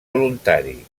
voluntari